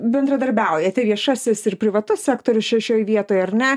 bendradarbiaujate viešasis ir privatus sektorius čia šioj vietoj ar ne